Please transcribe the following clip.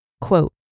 Quote